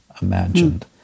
imagined